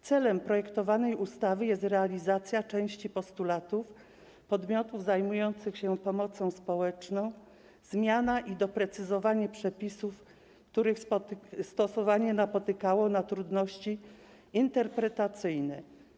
Celem projektowanej ustawy jest realizacja części postulatów podmiotów zajmujących się pomocą społeczną, zmiana i doprecyzowanie przepisów, których stosowanie napotykało na trudności interpretacyjne.